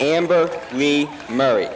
and both me mary